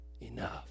Enough